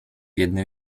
jednym